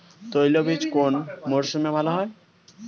তৈলবীজ কোন মরশুমে ভাল হয়?